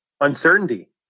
uncertainty